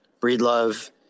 Breedlove